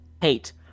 Hate